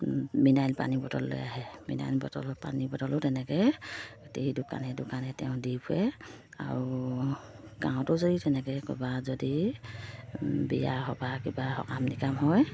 mineral পানী bottle লৈ আহে মিনাৰেল বটল পানী বটলো তেনেকৈ গোটেই দোকানে দোকানে তেওঁ দি ফুৰে আৰু গাঁৱতো যদি তেনেকৈ ক'ৰবাত যদি বিয়া সবাহ কিবা সকাম নিকাম হয়